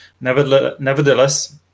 Nevertheless